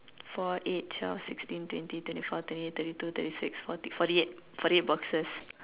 four eight twelve sixteen twenty twenty four twenty eight thirty two thirty six forty forty eight forty eight boxes